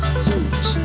suit